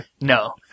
No